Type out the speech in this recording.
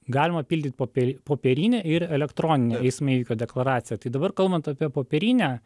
galima pildyt popieri popierinę ir elektroninę eismo įvykio deklaraciją tai dabar kalbant apie popierinę